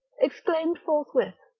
exclaimed forthwith,